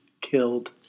killed